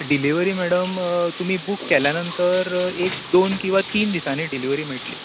delivery madam तुमी book केल्या नंतर एक दोन किंवा तीन दिसांनी डिलीवरी मेळटली